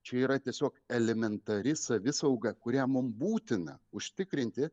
čia yra tiesiog elementari savisauga kurią mum būtina užtikrinti